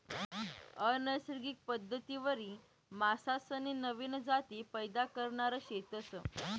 अनैसर्गिक पद्धतवरी मासासनी नवीन जाती पैदा करणार शेतस